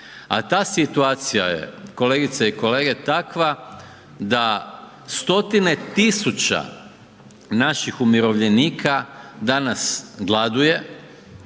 A ta situacija je kolegice i kolege takva da stotine tisuća naših umirovljenika danas gladuje,